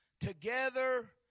together